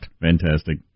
Fantastic